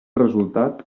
resultat